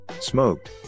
smoked